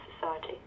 society